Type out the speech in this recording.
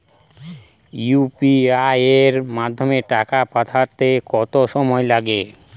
UPI এর মাধ্যমে টাকা পাঠাতে কত সময় লাগে?